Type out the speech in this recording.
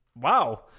Wow